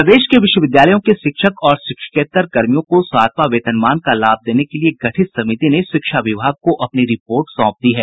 प्रदेश के विश्वविद्यालयों के शिक्षक और शिक्षकेत्तर कर्मियों को सातवां वेतनमान का लाभ देने के लिये गठित समिति ने शिक्षा विभाग को अपनी रिपोर्ट सौंप दी है